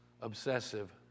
obsessive